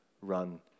Run